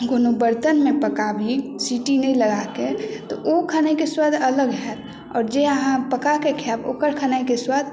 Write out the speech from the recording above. कोनो बर्तनमे पकाबी सिटी नहि लगाके तऽ ओ खेनाइके स्वाद अलग हैत आओर जे अहाँ पकाके खायब ओकर खेनाइके स्वाद